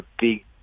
big